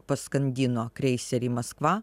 paskandino kreiserį maskva